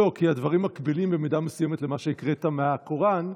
כי הדברים מקבילים במידה מסוימת למה שהקראת מהקוראן,